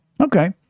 Okay